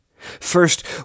First